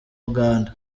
uganda